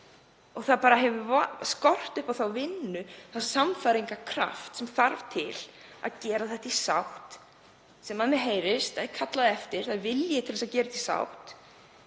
Það hefur skort upp á þá vinnu, þann sannfæringarkraft sem þarf til að gera þetta í sátt, sem mér heyrist kallað eftir. Það er vilji til þess að gera þetta í sátt